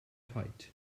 tight